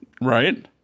Right